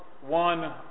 one